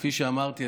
כפי שאמרתי,